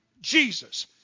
Jesus